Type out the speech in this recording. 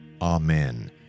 Amen